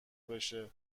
بشه